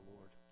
Lord